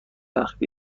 وقت